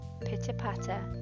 pitter-patter